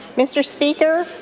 mr. speaker,